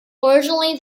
originally